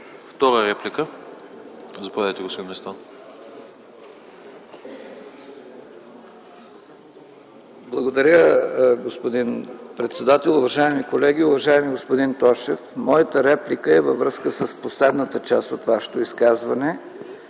Втора реплика? Заповядайте, господин Местан. ЛЮТВИ МЕСТАН (ДПС): Благодаря, господин председател. Уважаеми колеги, уважаеми господин Тошев! Моята реплика е във връзка с последната част от Вашето изказване.